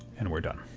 and we're done.